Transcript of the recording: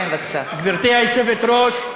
גברתי היושבת-ראש,